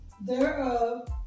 Thereof